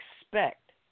expect